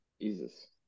Jesus